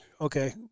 Okay